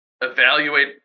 evaluate